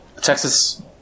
Texas